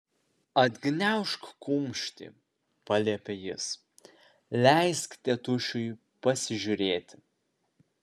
atgniaužk kumštį paliepė jis leisk tėtušiui pasižiūrėti